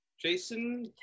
Jason